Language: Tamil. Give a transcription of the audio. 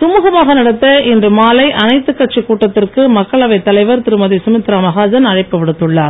சுமூகமாக நடத்த இன்று மாலை அனைத்து கட்சி கூட்டத்திற்கு மக்களவை தலைவர் திருமதி சுமித்ரா மகாஜன் அழைப்பு விடுத்துள்ளார்